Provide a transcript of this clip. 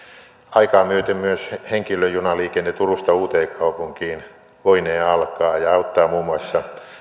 aikaa myöten myös henkilöjunaliikenne turusta uuteenkaupunkiin voinee alkaa ja auttaa muun muassa